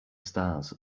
stars